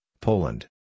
Poland